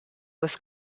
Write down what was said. was